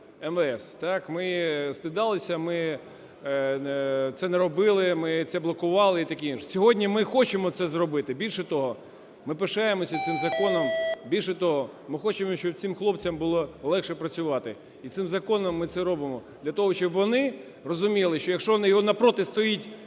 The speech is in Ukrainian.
так. Ми стидалися, ми це не робили, ми це блокували і таке інше. Сьогодні ми хочемо це зробити, більше того, ми пишаємося цим законом, більше того, ми хочемо, щоб цим хлопцям було легше працювати і цим законом ми це робимо для того, щоб вони розуміли, що якщо напроти стоїть